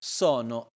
sono